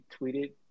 tweeted